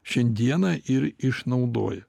šiandieną ir išnaudoja